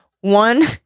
One